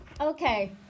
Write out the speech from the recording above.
Okay